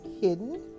hidden